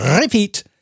repeat